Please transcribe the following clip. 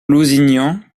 lusignan